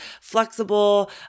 flexible